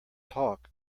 talk